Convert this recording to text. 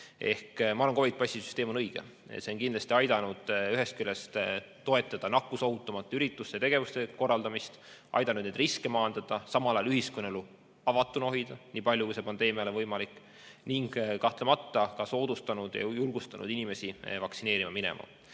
Ma arvan, et COVID‑passi süsteem on õige, see on kindlasti aidanud ühest küljest toetada nakkusohutumate ürituste ja tegevuste korraldamist, aidanud neid riske maandada, samal ajal on see aidanud hoida ühiskonnaelu avatuna nii palju, kui see pandeemia ajal on võimalik, ning kahtlemata ka soodustanud ja julgustanud inimesi vaktsineerima minema.